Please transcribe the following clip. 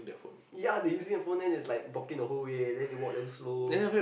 ya they using the phone then it's like blocking the whole way then they walk damn slow